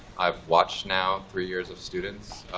i've watched now three years of students